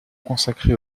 consacrés